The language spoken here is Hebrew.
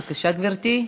בבקשה, גברתי.